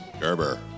Gerber